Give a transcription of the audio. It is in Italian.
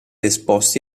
esposti